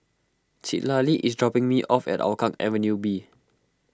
Citlali is dropping me off at Hougang Avenue B